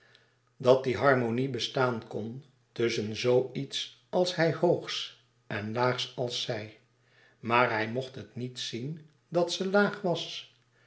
dat die harmonie bestaan kon tusschen zoo iets als hij hoogs en laags als zij maar hij mocht het niet zien dat ze laag was